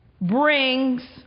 brings